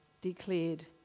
declared